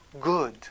good